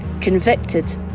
convicted